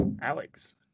alex